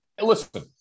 listen